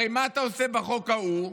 הרי מה אתה עושה בחוק ההוא?